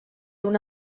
una